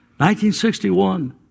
1961